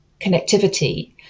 connectivity